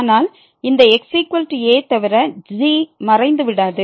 ஆனால் இந்த xa தவிர g மறைந்துவிடாது